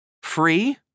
Free